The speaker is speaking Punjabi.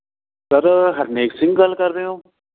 ਸਰ ਹਰਨੇਕ ਸਿੰਘ ਗੱਲ ਕਰ ਰਹੇ ਹੋ